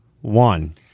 one